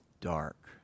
dark